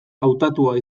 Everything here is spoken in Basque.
hautatua